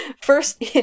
First